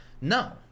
no